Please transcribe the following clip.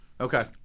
Okay